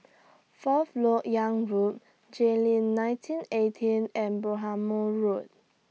Fourth Lok Yang Road Jayleen nineteen eighteen and Bhamo Road